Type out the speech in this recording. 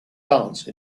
dance